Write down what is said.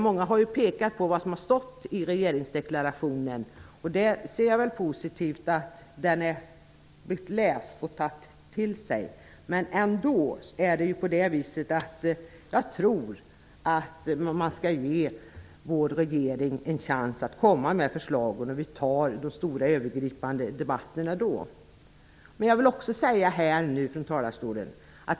Många har här pekat på vad som har stått i regeringsdeklarationen, och jag ser det som positivt att man har läst den och tagit den till sig. Men jag tror ändå att man skall ge vår regering en chans att komma med förslag, så får vi ta de stora, övergripande debatterna då.